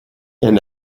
and